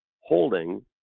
holding